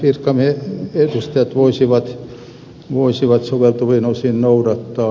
näitähän edustajat voisivat soveltuvin osin noudattaa